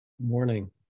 morning